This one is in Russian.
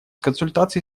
консультаций